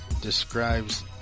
describes